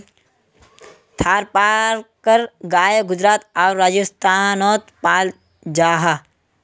थारपारकर गाय गुजरात आर राजस्थानोत पाल जाहा